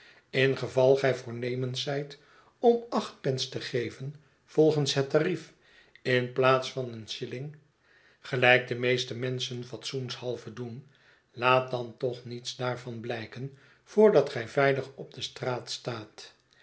ingeval gij voornemens zijt om acht pence te geven volgens het tarief in plaats van een shilling gelijk de meeste menschen fatsoenshalve doen laat dan toch niets daarvan blijken voordatgij veilig op de straat staat